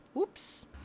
Oops